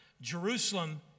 Jerusalem